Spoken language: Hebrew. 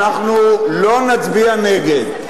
אנחנו לא נצביע נגד.